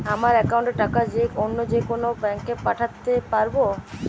আমার একাউন্টের টাকা অন্য যেকোনো ব্যাঙ্কে পাঠাতে পারব?